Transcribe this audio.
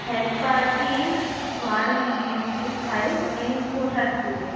hair સ્પાથી વાળ મજબૂત થાય અને ઓછા તૂટે